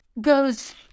goes